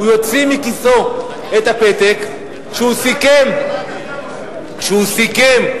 הוא יוציא מכיסו את הפתק שהוא סיכם עם